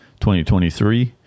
2023